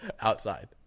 Outside